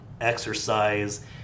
exercise